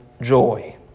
joy